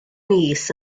mis